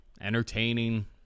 entertaining